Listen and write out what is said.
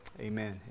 Amen